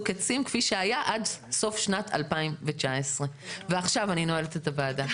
עצים כפי שהיה עד סוף שנת 2019. אני נועלת את הוועדה.